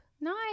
Nice